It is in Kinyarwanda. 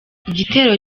igitero